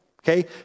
Okay